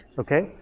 okay?